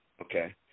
okay